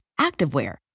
activewear